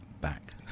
back